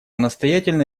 настоятельно